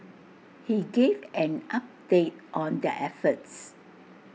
he gave an update on their efforts